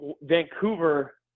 Vancouver